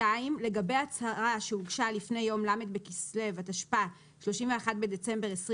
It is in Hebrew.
(2)לגבי הצהרה שהוגשה לפני יום ל' בכסלו התשפ"ה (31 בדצמבר 2024)